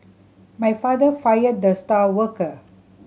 my father fired the star worker